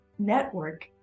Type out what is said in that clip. network